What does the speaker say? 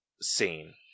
scene